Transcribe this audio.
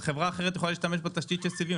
חברה אחרת יכולה להשתמש בתשתית הסיבים.